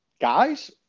guys